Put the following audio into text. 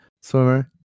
swimmer